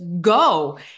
go